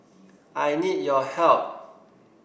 I need your help